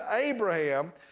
Abraham